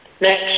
Next